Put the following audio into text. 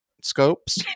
scopes